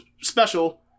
special